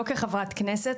לא כחברת כנסת.